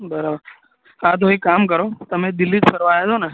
બરાબર હા તો એક કામ કરો તમે દિલ્હી જ ફરવા આવ્યા છો ને